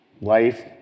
Life